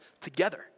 together